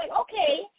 okay